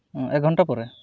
ᱮᱠ ᱜᱷᱚᱱᱴᱟ ᱯᱚᱨᱮ